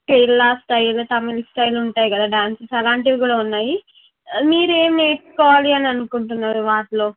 Kerala style Tamil style ఉంటాయి కదా dances అలాంటివి కూడా ఉన్నాయి మీరు ఏం నేర్చుకోవాలి అననుకుంటున్నారు వాటిలో